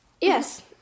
Yes